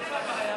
היא כן הממשלה.